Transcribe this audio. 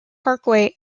parkway